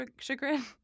chagrin